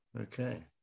Okay